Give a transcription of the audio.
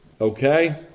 okay